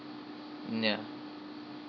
mm ya